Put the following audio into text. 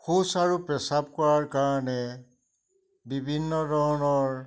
শৌচ আৰু পেচাব কৰাৰ কাৰণে বিভিন্ন ধৰণৰ